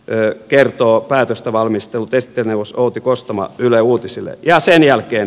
näin kertoo päätöstä valmistellut esittelijäneuvos outi kostama yle uutisille ja sen jälkeen